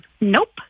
Nope